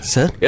Sir